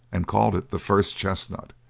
and called it the first chestnut,